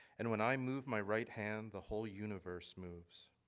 and when i move my right hand the whole universe moves